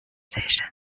position